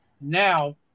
now